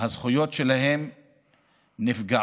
הזכויות שלהם נפגעות,